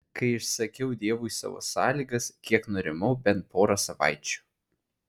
kai išsakiau dievui savo sąlygas kiek nurimau bent porą savaičių